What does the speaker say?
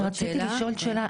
כן, רציתי לשאול שאלה.